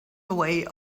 way